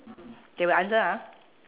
they will answer ah